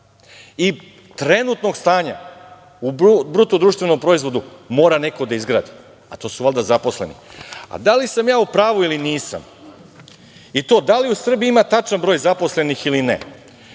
i trenutnog stanja u BDP, mora neko da izgradi, a to su valjda zaposleni. Da li sam ja u pravu ili nisam i to da li u Srbiji ima tačan broj zaposlenih ili ne?